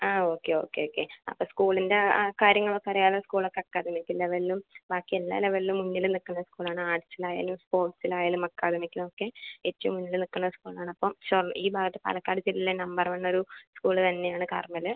ആ okay okay okay അപ്പം സ്കൂളിൻ്റ കാര്യങ്ങളൊക്കെ അറിയാമല്ലോ സ്കൂളൊക്കെ അക്കാദമിക് ലെവലിലും ബാക്കി എല്ലാ ലെവലിലും മുന്നിൽ നിൽക്കുന്ന സ്കൂളാണ് ആർട്സിൽ ആയാലും സ്പോർട്സിൽ ആയാലും അക്കാദമിക്കിലും ഒക്കെ ഏറ്റവും മുന്നിൽ നിൽക്കുന്ന സ്കൂളാണ് അപ്പം ഈ ഭാഗത്ത് പാലക്കാട് ജില്ലയിലെ നമ്പർ വൺ ഒരു സ്കൂള് തന്നെ ആണ് കാർമല്